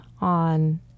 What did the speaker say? on